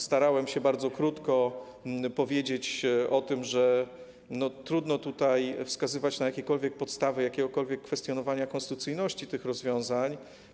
Starałem się bardzo krótko powiedzieć o tym, że trudno tutaj wskazywać na jakiekolwiek podstawy jakiegokolwiek kwestionowania konstytucyjności tych rozwiązań.